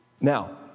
Now